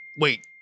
Wait